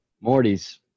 Morty's